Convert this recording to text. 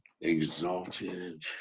exalted